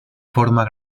forma